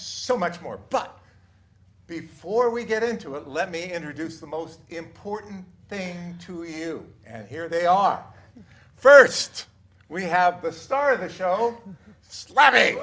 so much more but before we get into it let me introduce the most important thing to you and here they are first we have the star